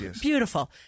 beautiful